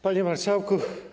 Panie Marszałku!